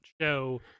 show